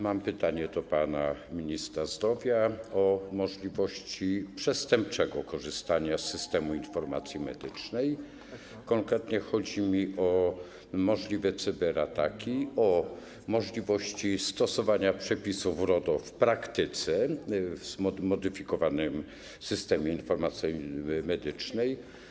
Mam pytanie do pana ministra zdrowia o możliwości przestępczego korzystania z Systemu Informacji Medycznej, konkretnie chodzi mi o możliwe cyberataki, o możliwości stosowania przepisów RODO w praktyce w zmodyfikowanym Systemie Informacji Medycznej.